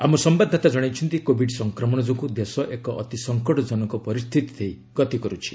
ଆମ ସମ୍ଭାଦଦାତା ଜଣାଇଛନ୍ତି କୋଭିଡ୍ ସଂକ୍ରମଣ ଯୋଗୁଁ ଦେଶ ଏକ ଅତି ସଂକଟଜନକ ପରିସ୍ଥିତି ଦେଇ ଗତି କରୁଛି